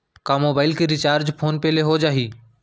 का मोबाइल के recharge phone पे ले हो जाही?